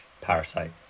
Parasite